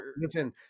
listen